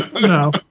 No